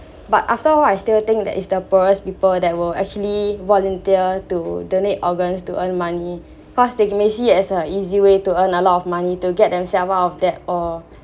but after awhile I still think that is the poorest people that will actually volunteer to donate organs to earn money cause they see as a easy way to earn a lot of money to get themselves one of that or